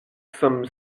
some